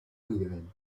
nivel